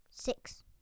Six